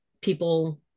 people